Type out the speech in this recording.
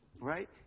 Right